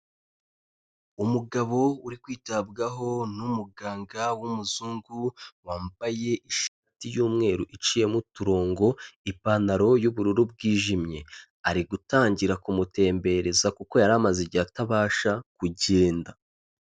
Umugabo uri kwitabwaho n'umuganga w'umuzungu, wambaye ishati y'umweru iciyemo uturongo, ipantaro y'ubururu bwijimye. Ari gutangira kumutembereza kuko yari amaze igihe atabasha kugenda.